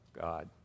God